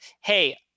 hey